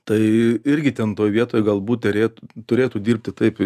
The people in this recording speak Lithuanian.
tai irgi ten toje vietoj galbūt derėtų turėtų dirbti taip